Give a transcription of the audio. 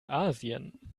asien